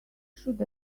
should